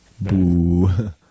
Boo